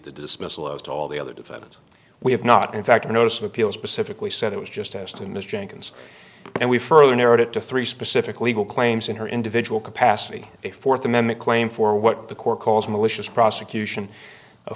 the dismissal of all the other defendant we have not in fact a notice of appeal specifically said it was just asked in this jenkins and we further narrowed it to three specific legal claims in her individual capacity a fourth amendment claim for what the court calls malicious prosecution